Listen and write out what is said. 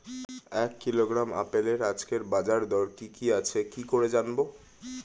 এক কিলোগ্রাম আপেলের আজকের বাজার দর কি কি আছে কি করে জানবো?